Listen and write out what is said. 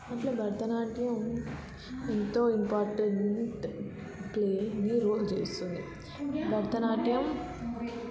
ఇట్లా భరతనాట్యం ఎంతో ఇంపార్టెంట్ ప్లేని రోల్ చేస్తుంది భరతనాట్యం